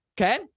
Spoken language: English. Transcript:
Okay